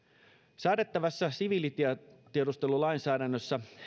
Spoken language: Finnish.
säädettävässä siviilitiedustelulainsäädännössä